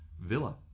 Villa